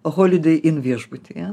holiday inn viešbutyje